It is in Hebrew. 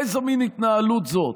איזה מין התנהלות זאת.